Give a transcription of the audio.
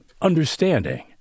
understanding